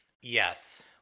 Yes